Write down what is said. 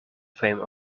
fame